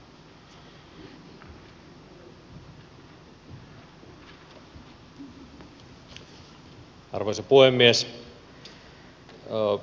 arvoisa puhemies